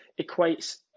equates